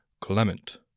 Clement